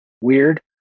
weird